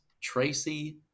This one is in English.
Tracy